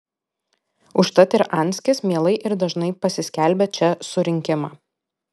užtat ir anskis mielai ir dažnai pasiskelbia čia surinkimą